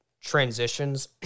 transitions